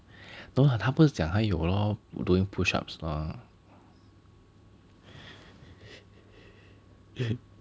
no lah 他不是讲他有 lor doing push ups ah